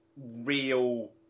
real